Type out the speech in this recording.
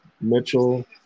Mitchell